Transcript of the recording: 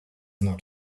not